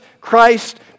Christ